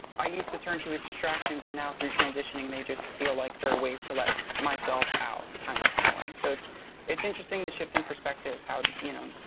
i used to turn to his distractions. and now through transitioning they just feel like there are ways to let myself out and kind of, in a way. so it's it's interesting the shift in perspective how you know,